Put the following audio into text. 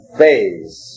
phase